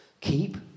keep